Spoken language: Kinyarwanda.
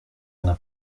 nka